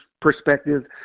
perspective